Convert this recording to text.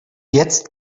jetzt